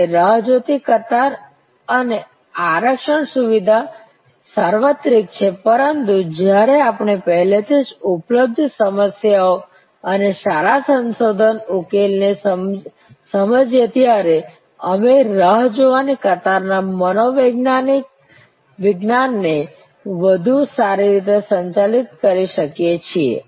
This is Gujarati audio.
અને રાહ જોતી કતાર અને આરક્ષણ સુવિધા સાર્વત્રિક છે પરંતુ જ્યારે આપણે પહેલેથી જ ઉપલબ્ધ સમસ્યાઓ અને સારા સંશોધન ઉકેલ ને સમજીએ ત્યારે અમે રાહ જોવાની કતાર ના મનોવિજ્ઞાનને વધુ સારી રીતે સંચાલિત કરી શકીએ છીએ